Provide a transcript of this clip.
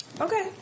Okay